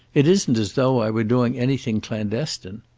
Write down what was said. it isn't as though i were doing anything clandestine.